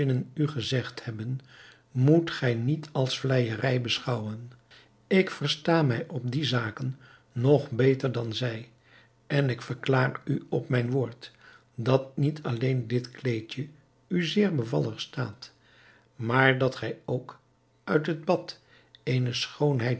u gezegd hebben moet gij niet als vleijerij beschouwen ik versta mij op die zaken nog beter dan zij en ik verklaar u op mijn woord dat niet alleen dit kleedje u zeer bevallig staat maar dat gij ook uit het bad eene schoonheid